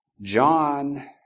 John